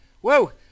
Whoa